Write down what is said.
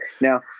Now